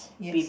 yes